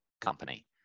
company